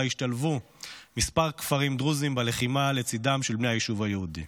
שבה השתלבו מספר כפרים דרוזיים בלחימה לצידם של בני היישוב היהודי.